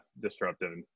disruptive